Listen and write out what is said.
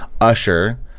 Usher